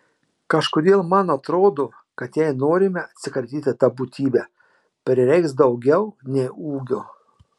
kažkodėl man atrodo kad jei norime atsikratyti ta būtybe prireiks daugiau nei ūgio